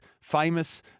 famous